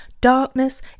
darkness